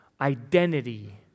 identity